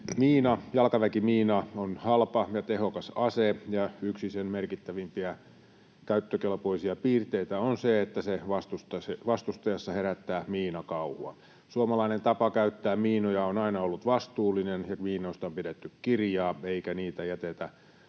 jalkaväkimiina, on halpa ja tehokas ase, ja yksi sen merkittävimpiä käyttökelpoisia piirteitä on se, että se vastustajassa herättää miinakauhua. Suomalainen tapa käyttää miinoja on aina ollut vastuullinen, ja miinoista on pidetty kirjaa, eikä niitä jätetä